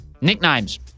Nicknames